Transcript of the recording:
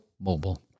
Mobile